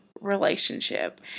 relationship